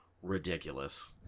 ridiculous